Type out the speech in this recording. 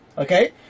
Okay